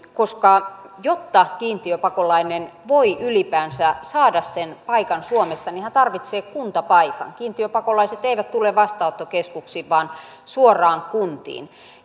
koska jotta kiintiöpakolainen voi ylipäänsä saada sen paikan suomesta niin hän tarvitsee kuntapaikan kiintiöpakolaiset eivät tule vastaanottokeskuksiin vaan suoraan kuntiin